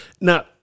Now